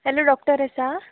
hello doctor आसा